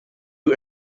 you